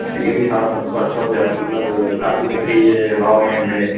इहो बि साढा सत सौ अठ सौ रुपया आहे मतलबु काजू कतरीअ जे भाव में मिले